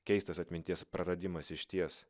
keistas atminties praradimas išties